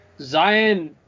Zion